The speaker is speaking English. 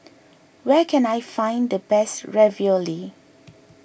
where can I find the best Ravioli